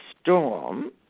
storm